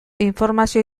informazio